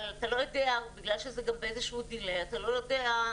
אבל בגלל שזה גם באיזה שהוא דיליי אתה לא יודע,